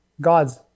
God's